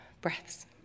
breaths